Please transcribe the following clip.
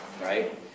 right